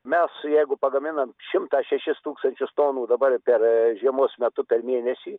mes jeigu pagaminam šimtą šešis tūkstančius tonų dabar per žiemos metu per mėnesį